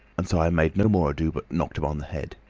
and so i made no more ado, but knocked him on the head.